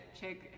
check